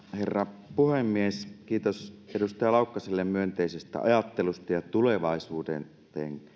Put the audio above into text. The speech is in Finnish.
herra puhemies kiitos edustaja laukkaselle myönteisestä ajattelusta ja tulevaisuuteen